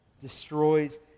Destroys